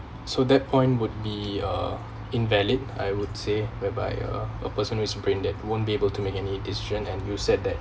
so that point would be uh invalid I would say whereby uh a person who is brain dead won't be able to make any decision and you said that